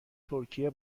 ترکیه